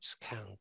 count